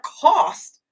cost